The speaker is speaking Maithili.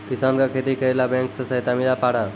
किसान का खेती करेला बैंक से सहायता मिला पारा?